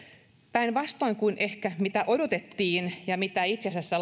päinvastoin kuin ehkä odotettiin ja itse asiassa